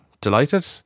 delighted